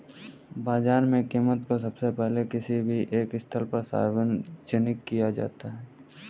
बाजार में कीमत को सबसे पहले किसी भी एक स्थल पर सार्वजनिक किया जाता है